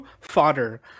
fodder